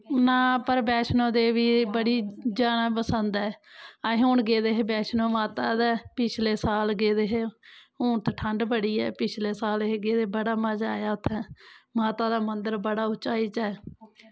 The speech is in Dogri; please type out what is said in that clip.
ना पर बैष्णो देवी बड़ी जादा पसंद ऐ अस हून गेदे हे बैष्णो माता ते पिछले साल गेदे हे हून ते ठंड बड़ी ऐ पिछले साल अहीं गेदे हे बड़ा मजा आया उत्थें माता दा मन्दर बड़ा उंचाई च ऐ